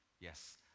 Yes